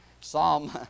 Psalm